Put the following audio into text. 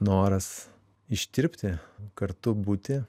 noras ištirpti kartu būti